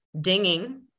dinging